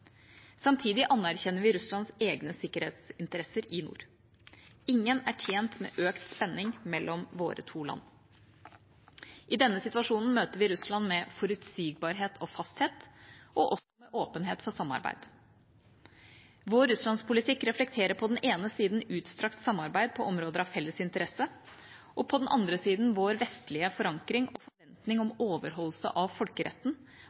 Samtidig anerkjenner vi Russlands egne sikkerhetsinteresser i nord. Ingen er tjent med økt spenning mellom våre to land. I denne situasjonen møter vi Russland med forutsigbarhet og fasthet og også med åpenhet for samarbeid. Vår Russlands-politikk reflekterer på den ene siden utstrakt samarbeid på områder av felles interesse og på den andre siden vår vestlige forankring og forventning om overholdelse av folkeretten